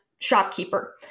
Shopkeeper